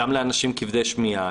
גם לאנשים כבדי שמיעה,